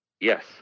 Yes